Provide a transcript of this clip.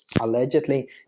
allegedly